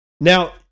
Now